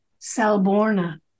Salborna